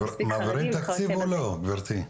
אתם מעבירים תקציב או לא, גברתי.